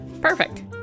Perfect